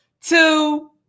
Two